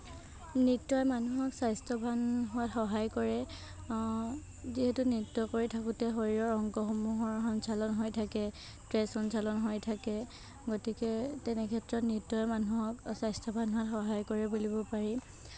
নৃত্যই মানুহক স্বাস্থ্যৱান হোৱাত সহায় কৰে যিহেতু নৃত্য কৰি থাকোঁতে শৰীৰৰ অংগসমূহৰ সঞ্চালন হৈ থাকে তেজ সঞ্চালন হৈ থাকে গতিকে তেনে ক্ষেত্ৰত নৃত্যই মানুহক স্বাস্থ্যৱান হোৱাত সহায় কৰে বুলিব পাৰি